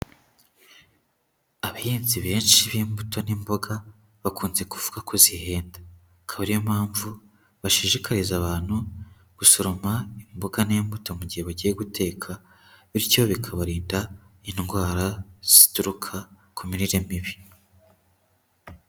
Abahinzi benshi b'imbuto n'imboga, bakunze kuvuga ko zihenda, akaba ariyo mpamvu bashishikariza abantu gusoroma imboga n'imbuto mu gihe bagiye guteka, bityo bikabarinda indwara zituruka ku mirire mibi.